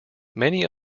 many